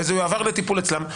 וזה עבר לטיפול אצלם,